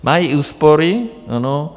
Mají úspory, ano.